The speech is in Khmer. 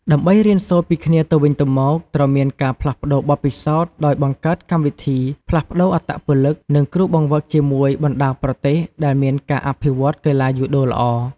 ដើម្បីរៀនសូត្រពីគ្នាទៅវិញទៅមក ត្រូវមានការផ្លាស់ប្តូរបទពិសោធន៍ដោយបង្កើតកម្មវិធីផ្លាស់ប្តូរអត្តពលិក និងគ្រូបង្វឹកជាមួយបណ្តាប្រទេសដែលមានការអភិវឌ្ឍន៍កីឡាយូដូល្អ ។